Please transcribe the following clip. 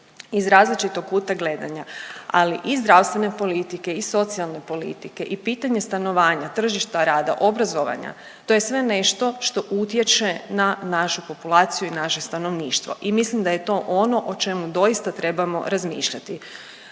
iz različitog kuta gledanja, ali i zdravstvene politike i socijalne politike i pitanje stanovanja, tržišta rada, obrazovanja, to je sve nešto što utječe na našu populaciju i naše stanovništvo i mislim da je to ono o čemu doista trebamo razmišljati.